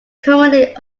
commonly